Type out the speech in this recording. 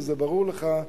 וזה ברור לך,